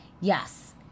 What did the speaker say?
Yes